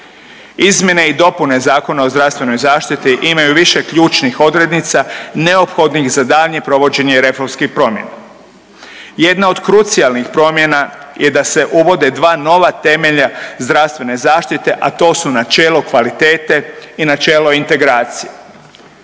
Izmjene i dopune Zakona o zdravstvenoj zaštiti imaju više ključnih odrednica neophodnih za daljnje provođenje reformskih promjena. Jedna od krucijalnih promjena je da se uvode dva nova temelja zdravstvene zaštite, a to načelo kvalitete i načelo integracija.